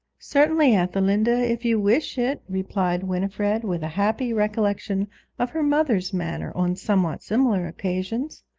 certainly, ethelinda, if you wish it replied winifred, with a happy recollection of her mother's manner on somewhat similar occasions,